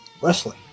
wrestling